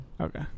Okay